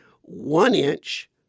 one-inch